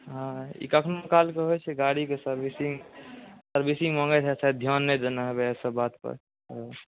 हँ ई कखनहु कालके होइत छै गाड़ीके सर्विसिंग सर्विसिंग माँगैत हेतै एहिपर ध्यान नहि देने हेबै एहिसभ बातपर ओ